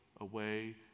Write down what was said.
away